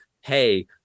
Hey